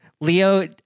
Leo